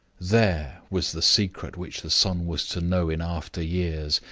there was the secret which the son was to know in after years,